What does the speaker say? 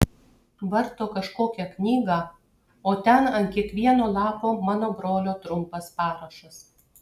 varto kažkokią knygą o ten ant kiekvieno lapo mano brolio trumpas parašas